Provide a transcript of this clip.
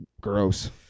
gross